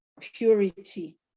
purity